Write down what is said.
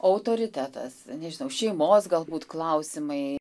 autoritetas nežinau šeimos galbūt klausimai